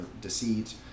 deceit